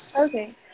Okay